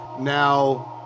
now